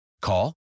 Call